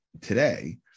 today